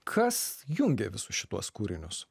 kas jungia visus šituos kūrinius